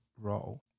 role